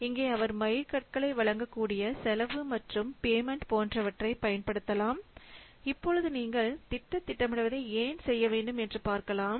இங்கே அவர் மைல்கற்களை வழங்கக்கூடிய செலவு மற்றும் பேமெண்ட் போன்றவற்றை பயன்படுத்தலாம் இப்பொழுது நீங்கள் திட்ட திட்டமிடுவதை ஏன் செய்யவேண்டும் என்று பார்க்கலாம்